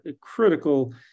critical